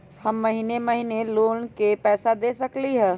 हम महिने महिने लोन के पैसा दे सकली ह?